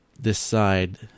decide